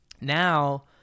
Now